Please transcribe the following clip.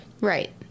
Right